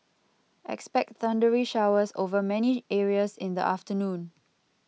expect thundery showers over many areas in the afternoon